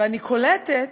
ואני קולטת